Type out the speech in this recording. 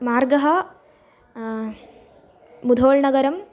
मार्गः मुधोल् नगरम्